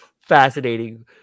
Fascinating